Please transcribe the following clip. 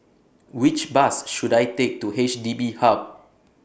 Which Bus should I Take to H D B Hub